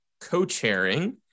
co-chairing